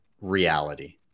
reality